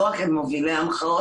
לא רק את מובילי המחאות,